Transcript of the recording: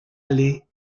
allées